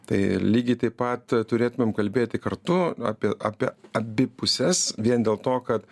tai lygiai taip pat turėtumėm kalbėti kartu apie apie abi puses vien dėl to kad